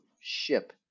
ship